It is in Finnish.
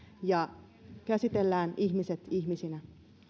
ja käsitellään ihmiset ihmisinä